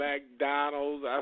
McDonald's